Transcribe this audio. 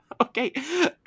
Okay